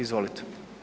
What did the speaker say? Izvolite.